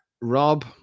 rob